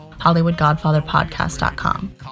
hollywoodgodfatherpodcast.com